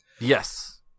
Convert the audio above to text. Yes